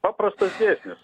paprastas dėsnis